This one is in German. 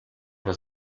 weil